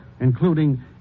including